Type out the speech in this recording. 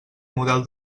model